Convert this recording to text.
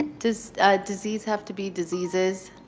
does disease have to be diseases?